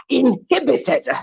inhibited